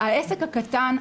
שהעסק הקטן,